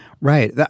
Right